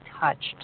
touched